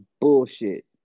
bullshit